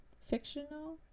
fictional